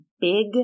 big